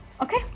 okay